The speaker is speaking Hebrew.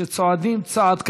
שצועדים צעד קדימה.